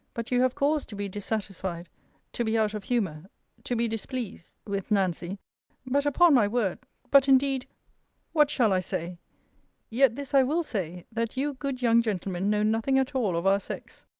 but you have cause to be dissatisfied to be out of humour to be displeased with nancy but, upon my word but indeed what shall i say yet this i will say, that you good young gentlemen know nothing at all of our sex.